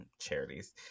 charities